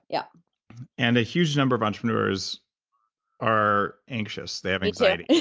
yeah and a huge number of entrepreneurs are anxious, they have anxiety yeah